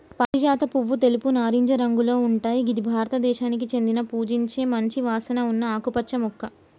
పారిజాత పువ్వు తెలుపు, నారింజ రంగులో ఉంటయ్ గిది భారతదేశానికి చెందిన పూజించే మంచి వాసన ఉన్న ఆకుపచ్చ మొక్క